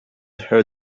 her